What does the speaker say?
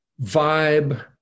vibe